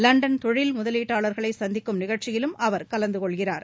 London தொழில் முதலீட்டாளர்களை சந்திக்கும் நிகழ்ச்சியிலும் அவர் கலந்து கொள்கிறார்